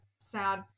sad